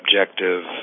objective